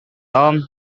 tom